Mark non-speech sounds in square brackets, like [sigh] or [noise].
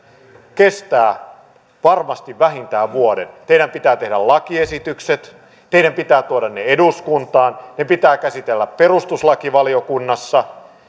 kestää varmasti vähintään vuoden teidän pitää tehdä lakiesitykset teidän pitää tuoda ne eduskuntaan ne pitää käsitellä perustuslakivaliokunnassa [unintelligible]